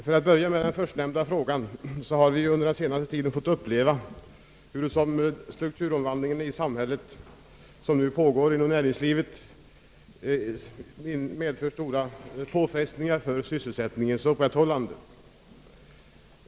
För att börja med den förstnämnda frågan har vi under den senaste tiden fått uppleva, hur den nu pågående strukturomvandlingen i samhället medfört stora påfrestningar för sysselsättningens upprätthållande.